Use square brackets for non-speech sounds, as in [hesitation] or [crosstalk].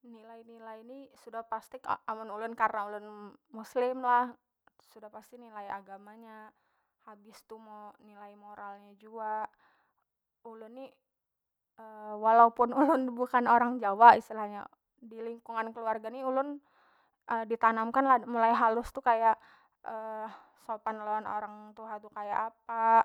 Nilai- nilai ni sudah pasti [hesitation] amun ulun karna ulun muslim lah sudah pasti nilai agama nya habis tu mo nilai moral nya jua ulun ni [hesitation] walaupun ulun bukan orang jawa istilahnya dilingkungan keluarga ni ulun [hesitation] ditanamkan lah mulai halus tu kaya [hesitation] sopan lawan orang tuha tu kaya apa